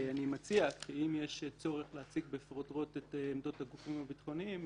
אני מציע שאם יש צורך להציג בפרוטרוט את עמדות הגופים הביטחוניים,